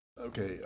Okay